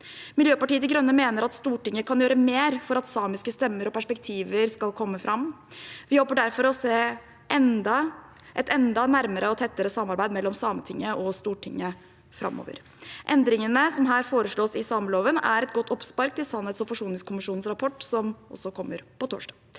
Miljøpartiet De Grønne mener at Stortinget kan gjøre mer for at samiske stemmer og perspektiver skal komme fram. Vi håper derfor å se et enda nærmere og tettere samarbeid mellom Sametinget og Stortinget framover. Endringene som her foreslås i sameloven, er et godt oppspark til sannhets- og forsoningskommisjonens rapport, som kommer på torsdag.